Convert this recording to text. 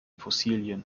fossilien